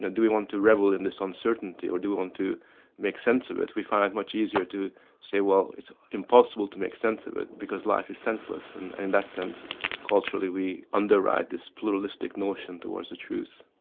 and do we want to revel in this uncertainty or do we want to make sense of it, we find it much easier to say well it's impossible to make sense of it because life is senseless. and and that sense culturally we underwrite this pluralistic notion towards the truth.